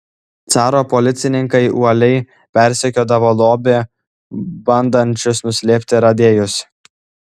caro policininkai uoliai persekiodavo lobį bandančius nuslėpti radėjus